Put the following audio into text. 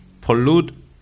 pollute